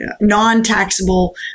non-taxable